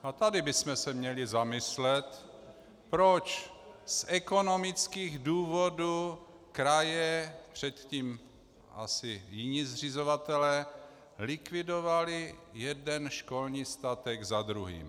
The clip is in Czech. A tady bychom se měli zamyslet, proč z ekonomických důvodů kraje, předtím asi jiní zřizovatelé, likvidovaly jeden školní statek za druhým.